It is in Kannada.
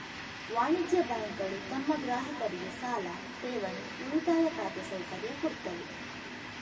ವಾಣಿಜ್ಯ ಬ್ಯಾಂಕುಗಳು ತಮ್ಮ ಗ್ರಾಹಕರಿಗೆ ಸಾಲ, ಠೇವಣಿ, ಉಳಿತಾಯ ಖಾತೆ ಸೌಕರ್ಯ ಕೊಡ್ತವೆ